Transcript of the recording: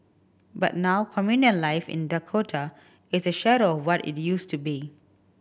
but now communal life in Dakota is a shadow what it used to be